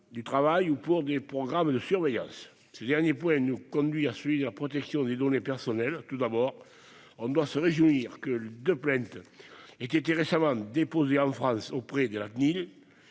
du travail, ou encore des programmes de surveillance ? Ce dernier point me conduit à celui de la protection des données personnelles. Tout d'abord, on doit se réjouir que deux plaintes aient été récemment déposées en France auprès de la